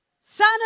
Son